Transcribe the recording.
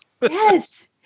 Yes